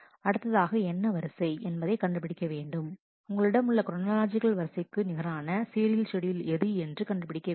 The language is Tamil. அடுத்ததாக என்ன வரிசை என்பதை கண்டுபிடிக்க வேண்டும் உங்களிடம் உள்ள குரானாலாஜிக்கல் வரிசைக்கு நிகரான சீரியல் ஷெட்யூல் எது என்று கண்டுபிடிக்க வேண்டும்